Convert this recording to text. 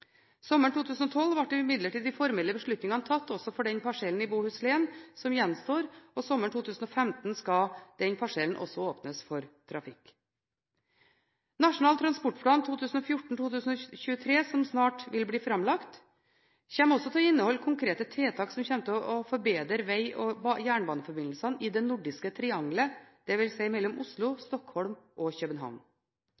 Sommeren 2012 ble imidlertid de formelle beslutningene tatt også for den gjenstående parsellen i Bohuslän, og sommeren 2015 skal denne parsellen åpnes for trafikk. Nasjonal transportplan 2014–2023, som snart vil bli framlagt, kommer også til å inneholde konkrete tiltak som vil forbedre veg- og jernbaneforbindelsene i «det nordiske triangelet», dvs. mellom Oslo,